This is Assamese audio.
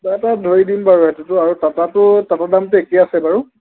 কিবা এটা ধৰি দিম বাৰু এইটোতো আৰু টাটাটো টাটাৰ দামটো একেই আছে বাৰু